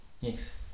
Yes